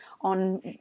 on